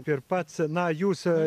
ir pats na jūs